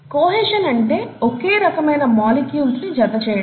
cohesion అంటే ఒకే రకమైన మాలిక్యూల్స్ ని జత చేయడం